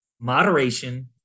moderation